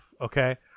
okay